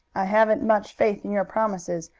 i haven't much faith in your promises,